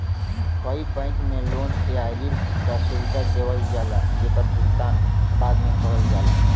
कई बैंक में लोन या ऋण क सुविधा देवल जाला जेकर भुगतान बाद में करल जाला